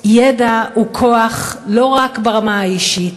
ידע הוא כוח לא רק ברמה האישית,